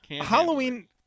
Halloween